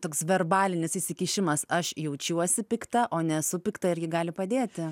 toks verbalinis įsikišimas aš jaučiuosi pikta o nesu pikta irgi gali padėti